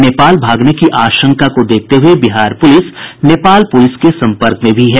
नेपाल भागने की आशंका को देखते हुये बिहार पुलिस नेपाल पुलिस के संपर्क में भी है